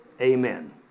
Amen